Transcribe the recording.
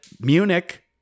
Munich